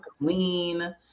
clean